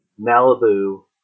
Malibu